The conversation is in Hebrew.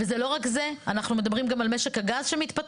וזה לא רק זה, אנחנו מדברים גם על משק הגז שמתפתח.